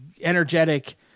energetic